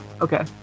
okay